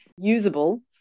usable